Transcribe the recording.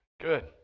Good